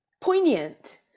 poignant